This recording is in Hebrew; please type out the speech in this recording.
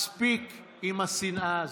מספיק עם השנאה הזו.